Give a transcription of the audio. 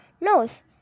nose